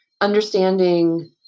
understanding